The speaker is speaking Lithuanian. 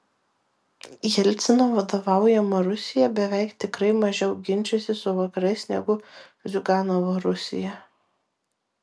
jelcino vadovaujama rusija beveik tikrai mažiau ginčysis su vakarais negu ziuganovo rusija